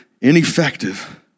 ineffective